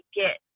get